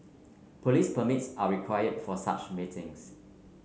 police permits are require for such meetings